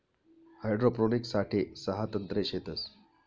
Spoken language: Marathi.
हाइड्रोपोनिक्स साठे सहा तंत्रे शेतस